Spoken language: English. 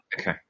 Okay